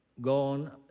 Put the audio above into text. gone